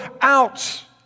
out